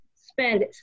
spend